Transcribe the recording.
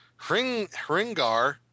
Hringar